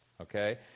okay